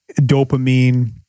dopamine